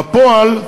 בפועל,